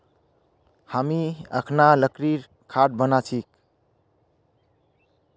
हामी अखना लकड़ीर खाट बना छि